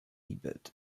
ebert